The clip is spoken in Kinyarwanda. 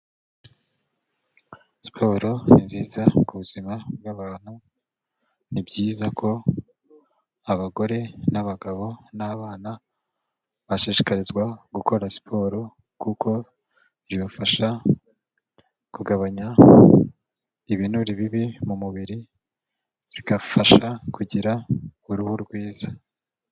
Siporo ni nziza ku buzima bw'abantu, ni byiza ko abagore n'abagabo n'abana bashishikarizwa gukora siporo, kuko zibafasha kugabanya ibinure bibi mu mubiri, zigafasha kugira uruhu rwiza.